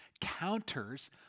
counters